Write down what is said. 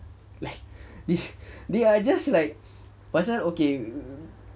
like they are just like pasal okay